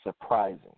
surprising